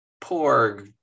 poor